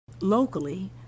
Locally